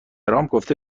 گفته